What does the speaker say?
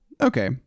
okay